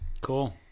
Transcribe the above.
Cool